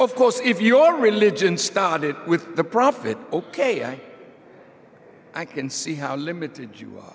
of course if your religion started with the prophet ok i can see how limited you are